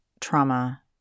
trauma